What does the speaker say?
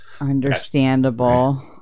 Understandable